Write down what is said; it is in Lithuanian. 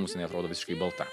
mums inai atrodo visiškai balta